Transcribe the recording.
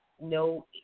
no